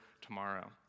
tomorrow